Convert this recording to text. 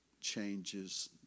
changes